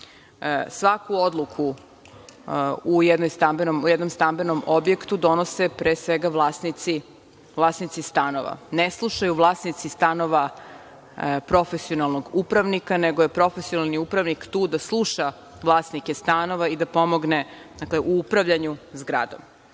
pravu. Svaku odluku u jednom stambenom objektu donose pre svega vlasnici stanova, ne slušaju vlasnici stanova profesionalnog upravnika, nego je profesionalni upravnik tu da sluša vlasnike stanova i da pomogne u upravljanju zgradom. Zatim,